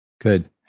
good